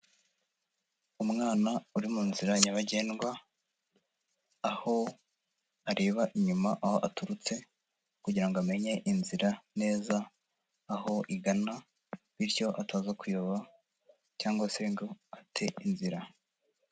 Umwana uri mu nzira nyabagendwa, aho areba inyuma aho aturutse kugira ngo amenye inzira neza aho igana bityo ataza kuyoba cyangwa se ngo ate inzira.